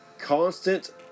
constant